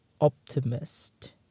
optimist